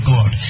God